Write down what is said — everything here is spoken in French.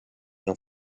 d’un